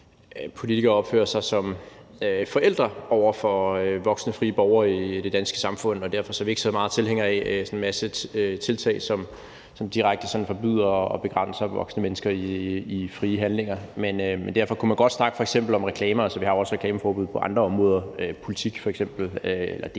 politikere opfører sig som forældre over for voksne frie borgere i det danske samfund, og derfor er vi ikke så meget tilhængere af sådan en masse tiltag, som direkte forbyder noget og begrænser voksne mennesker i frie handlinger. Men derfor kunne man alligevel godt snakke f.eks. om reklamer. Vi har jo også reklameforbud på andre områder – f.eks.